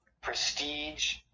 prestige